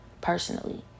personally